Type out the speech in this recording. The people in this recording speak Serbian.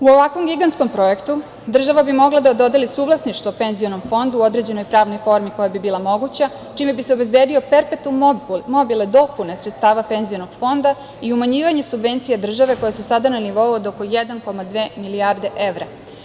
U ovakvom gigantskom projektu država bi mogla da dodeli suvlasništvo penzionom fondu u određenoj pravnoj formi koja bi bila moguća, čime bi se obezbedio perpetum mobile dopune sredstava penzionog fonda i umanjivanje subvencija države koja su sada na nivou od oko 1,2 milijarde evra.